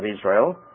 Israel